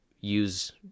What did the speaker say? use